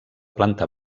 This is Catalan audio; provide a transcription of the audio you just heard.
planta